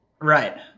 Right